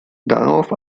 darauf